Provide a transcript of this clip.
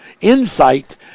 insight